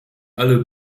alle